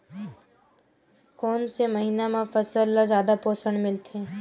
कोन से महीना म फसल ल जादा पोषण मिलथे?